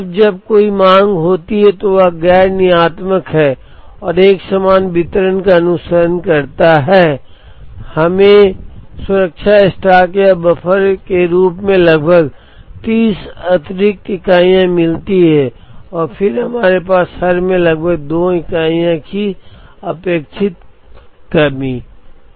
अब जब कोई मांग गैर नियतात्मक होती है तो यह एक समान वितरण होता है संदर्भ स्लाइड समय 1728 हमें सुरक्षा स्टॉक या बफर के रूप में लगभग 30 अतिरिक्त इकाइयाँ मिलती हैं और फिर हमारे पास हर चक्र में लगभग 2 इकाइयों की अपेक्षित कमी चक्रहै